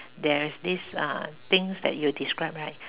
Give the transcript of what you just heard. there is this uh things that you describe right